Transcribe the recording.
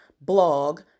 blog